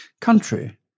country